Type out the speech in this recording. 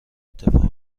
اتفاق